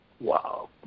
Wow